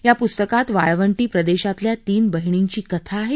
या पुस्तकात वाळवंटी प्रदेशातल्या तीन बहिणींची कथा आहे